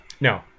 No